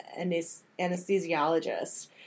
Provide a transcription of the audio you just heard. anesthesiologist